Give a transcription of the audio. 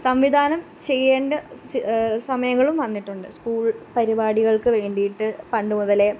സംവിധാനം ചെയ്യേണ്ട സമയങ്ങളും വന്നിട്ടുണ്ട് സ്കൂള് പരിപാടികള്ക്ക് വേണ്ടിയിട്ട് പണ്ടു മുതലേ